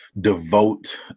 devote